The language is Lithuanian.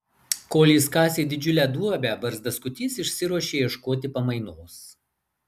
kol jis kasė didžiulę duobę barzdaskutys išsiruošė ieškoti pamainos